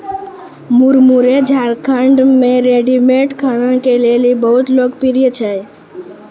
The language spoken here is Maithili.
मुरमुरे झारखंड मे रेडीमेड खाना के लेली बहुत लोकप्रिय छै